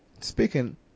speaking